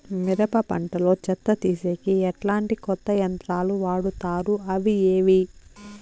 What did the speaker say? మిరప పంట లో చెత్త తీసేకి ఎట్లాంటి కొత్త యంత్రాలు వాడుతారు అవి ఏవి?